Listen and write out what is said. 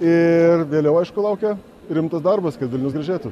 ir vėliau aišku laukia rimtas darbas kad gražėtų